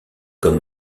comme